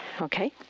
Okay